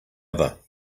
other